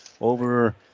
over